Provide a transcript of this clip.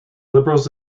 liberals